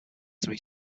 three